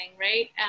right